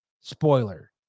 Spoiler